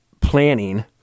planning